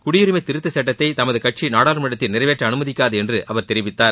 குடியரிமை திருத்த சட்டத்தை தமது கட்சி நாடாளுமன்றத்தில் நிறைவேற்ற அனுமதிக்காது என்று அவர் தெரிவித்தார்